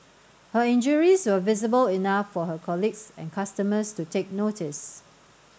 her injuries were visible enough for her colleagues and customers to take notice